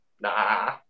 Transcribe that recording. nah